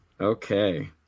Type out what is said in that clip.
Okay